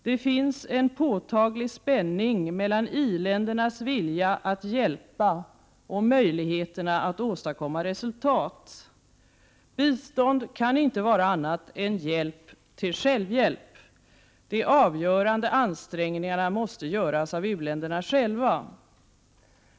Det finns en påtaglig spänning mellan i-ländernas vilja att hjälpa och möjligheterna att åstadkomma resultat. Bistånd kan inte vara annat än hjälp till självhjälp. De avgörande ansträngningarna måste göras av u-länderna själva.